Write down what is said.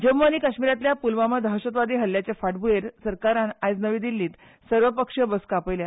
जम्मु आनी काश्मीरातल्या पुलवामा दहशतवादी हल्ल्याच्या फांटभुयेंर सरकारान आयज नवी दिल्लींत सर्वपक्षीय बसका आपयल्या